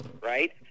right